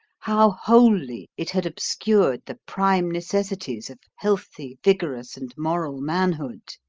how wholly it had obscured the prime necessities of healthy, vigorous, and moral manhood.